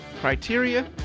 criteria